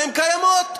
והן קיימות,